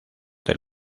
del